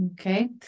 Okay